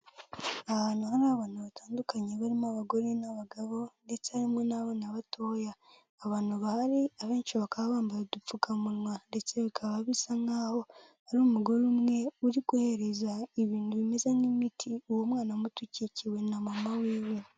Ahantu hari abantu batandukanye barimo abagore n'abagabo ndetse harimo n'abana batoya. Abantu bahari abenshi bakaba bambaye udupfukamunwa ndetse bikaba bisa nk'aho ari umugore umwe uri guhereza ibintu bimeze nk'imiti uwo mwana muto ukikiwe na mama wiwe.